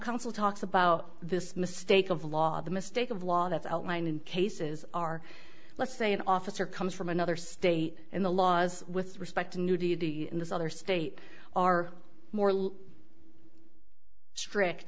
counsel talks about this mistake of law the mistake of law that's outlined in cases are let's say an officer comes from another state and the laws with respect to nudity in this other state are more less strict